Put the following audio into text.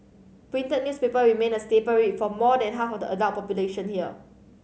printed newspaper remain a staple read for more than half of the adult population here